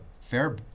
fair